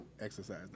exercise